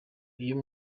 uyu